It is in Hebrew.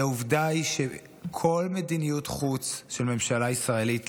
העובדה שכל מדיניות חוץ של ממשלה ישראלית,